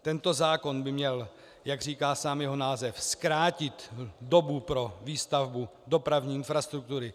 Tento zákon by měl, jak říká sám jeho název, zkrátit dobu pro výstavbu dopravní infrastruktury.